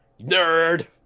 Nerd